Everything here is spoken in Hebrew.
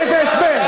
איזה הסבר?